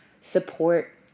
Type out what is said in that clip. support